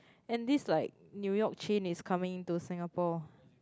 and this like New-York chain is coming to Singapore